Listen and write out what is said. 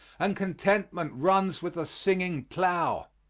and contentment runs with the singing plough.